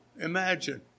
imagine